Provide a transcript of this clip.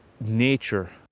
nature